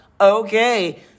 Okay